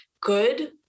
good